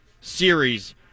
series